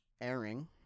airing